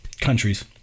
countries